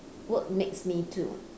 work makes me to